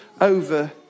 Over